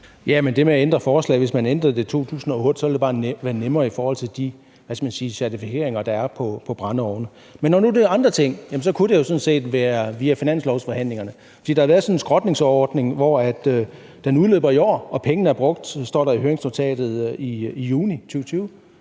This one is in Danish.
Hvis man ændrede det til 2008, vil det bare være nemmere i forhold til de, hvad skal man sige, certificeringer, der er på brændeovne. Men når nu det er andre ting, kunne det jo sådan set være via finanslovsforhandlingerne, for der har været sådan en skrotningsordning, som udløber i år, og pengene er brugt – står der i høringsnotatet – i juni 2020.